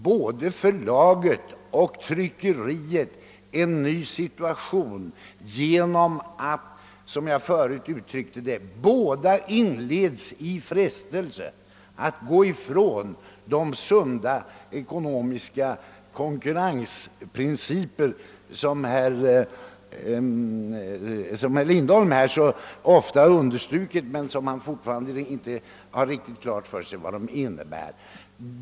Både förlaget och tryckeriet kommer i en ny situation genom att — som jag förut uttryckte det — båda inleds i frestelse att gå ifrån de sunda ekonomiska konkurrensprinciper, som herr Lindholm så ofta understrukit betydelsen av men som han tyvärr inte har riktigt klart för sig vad de innebär.